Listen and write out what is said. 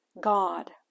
god